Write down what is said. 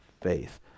faith